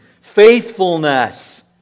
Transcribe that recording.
Faithfulness